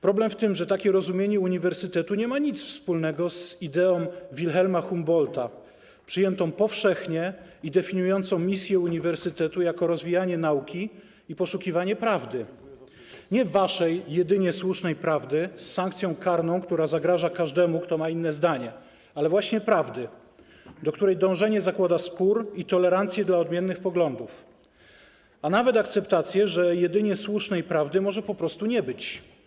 Problem w tym, że takie rozumienie uniwersytetu nie ma nic wspólnego z ideą Wilhelma von Humboldta przyjętą powszechnie i definiującą misję uniwersytetu jako rozwijanie nauki i poszukiwanie prawdy, nie waszej jedynie słusznej prawdy z sankcją karną, która zagraża każdemu, kto ma inne zdanie, ale właśnie prawdy, do której dążenie zakłada spór i tolerancję dla odmiennych poglądów, a nawet akceptację, że jedynie słusznej prawdy może po prostu nie być.